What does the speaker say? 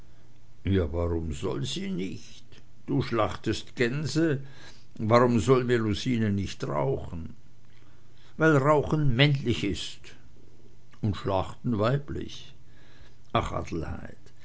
ja warum soll sie nicht du schlachtest gänse warum soll melusine nicht rauchen weil rauchen männlich ist und schlachten weiblich ach